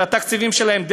את התקציבים שלהם,